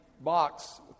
box